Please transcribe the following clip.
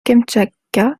kamtchatka